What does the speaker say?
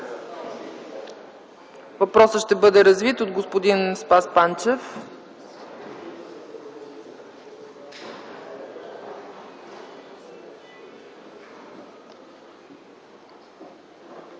Въпросът ще бъде развит от господин Спас Панчев.